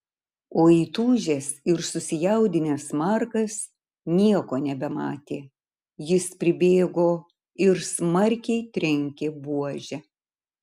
o įtūžęs ir susijaudinęs markas nieko nebematė jis pribėgo ir smarkiai trenkė buože